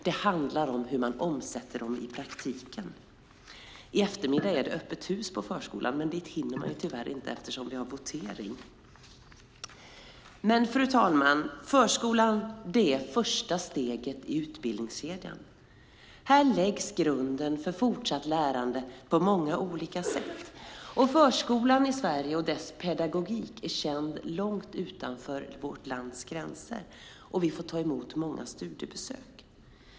Det handlar om hur man omsätter dem i praktiken. I eftermiddag är det öppet hus på förskolan. Dit hinner jag tyvärr inte eftersom vi har votering. Fru talman! Förskolan är första steget i utbildningskedjan. Här läggs grunden för fortsatt lärande på många olika sätt. Förskolan i Sverige och dess pedagogik är känd långt utanför vårt lands gränser. Vi får ta emot många studiebesök.